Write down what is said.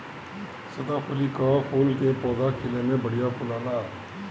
सदाफुली कअ फूल के पौधा खिले में बढ़िया फुलाला